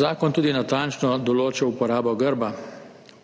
Zakon natančno določa tudi uporabo grba,